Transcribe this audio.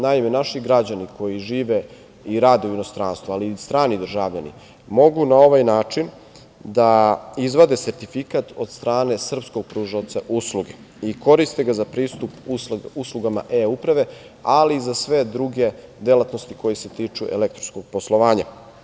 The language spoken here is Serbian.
Naime, naši građani koji žive i rade u inostranstvu, ali i strani državljani mogu na ovaj način da izvade sertifikat od strane srpskog pružaoca usluge i koriste ga za pristup uslugama e-Uprave, ali i za sve druge delatnosti koje se tiču elektronskog poslovanja.